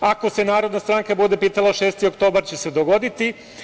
Ako se Narodna stranka bude pitala, 6. oktobar će se dogoditi.